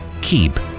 keep